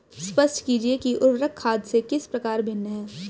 स्पष्ट कीजिए कि उर्वरक खाद से किस प्रकार भिन्न है?